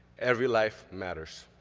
every life matters.